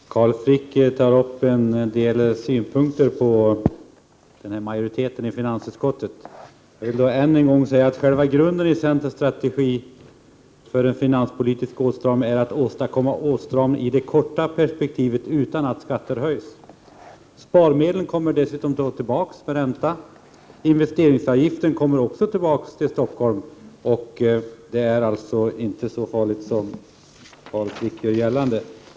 Herr talman! Carl Frick för fram en del synpunkter på majoriteten i finansutskottet. Jag vill då än en gång säga att själva grunden i centerns strategi för en finanspolitisk åtstramning är att åstadkomma åtstramning i det korta perspektivet, utan att skatter höjs. Sparmedlen kommer dessutom tillbaka med ränta. Investeringsavgiften kommer också tillbaka till Stockholm. Det är alltså inte så farligt som Carl Frick gör gällande.